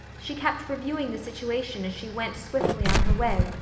she kept reviewing the situation as she went swiftly on her way,